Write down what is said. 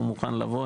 הוא מוכן לבוא,